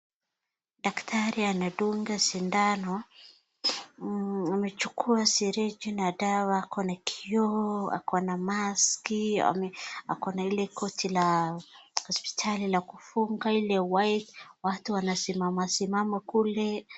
Daktari anadunga sindano amechukua syringe na dawa ako na kioo, ako na maski ako na ile koti la hospitali la kufunga ile white watu wanasimama simama kule.